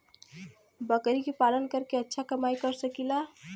बकरी के पालन करके अच्छा कमाई कर सकीं ला?